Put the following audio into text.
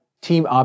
Team